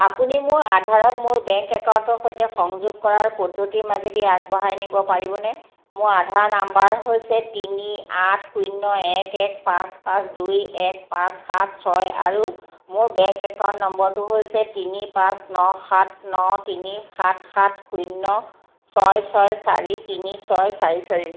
আপুনি মোৰ আধাৰক মোৰ বেংক একাউণ্টৰ সৈতে সংযোগ কৰাৰ পদ্ধতিৰ মাজেদি আগবঢ়াই নিব পাৰিবনে মোৰ আধাৰ নাম্বাৰ হৈছে তিনি আঠ শূন্য এক এক পাঁচ পাঁচ দুই এক পাঁচ সাত ছয় আৰু মোৰ বেংক একাউণ্ট নম্বৰটো হৈছে তিনি পাঁচ ন সাত ন তিনি সাত সাত শূন্য ছয় ছয় চাৰি তিনি ছয় চাৰি চাৰি